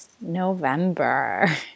November